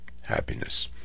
happiness